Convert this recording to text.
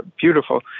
beautiful